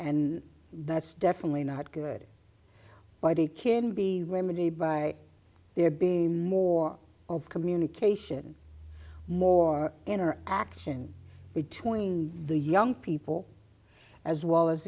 and that's definitely not good by the can be remedied by there being more of communication more interaction between the young people as well as